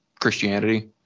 Christianity